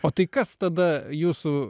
o tai kas tada jūsų